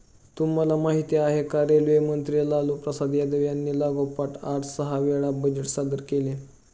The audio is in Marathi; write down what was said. तुम्हाला माहिती आहे का? रेल्वे मंत्री लालूप्रसाद यादव यांनी लागोपाठ आठ सहा वेळा बजेट सादर केले